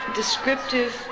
descriptive